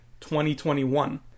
2021